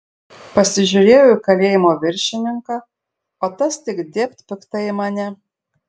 pasižiūrėjau į kalėjimo viršininką o tas tik dėbt piktai į mane